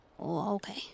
Okay